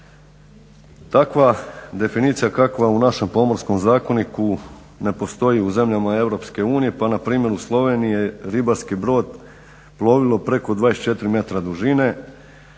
Takva definicija kakva je u našem Pomorskom zakoniku ne postoji u zemljama Europske unije. Pa npr. u Sloveniji je ribarski brod plovilo preko 24 metra dužine